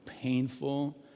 painful